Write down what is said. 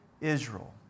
Israel